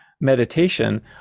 meditation